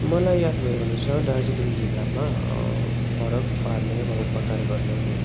मलाई याद भए अनुसार दार्जिलिङ जिल्लमा फरक पार्ने वा उपकार गर्ने